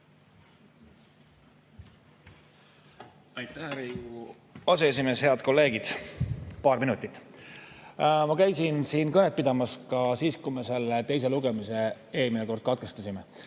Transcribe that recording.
Riigikogu aseesimees! Head kolleegid! Paar minutit. Ma käisin siin kõnet pidamas ka siis, kui me selle teise lugemise eelmine kord katkestasime.